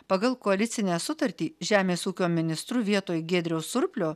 pagal koalicinę sutartį žemės ūkio ministru vietoj giedriaus surplio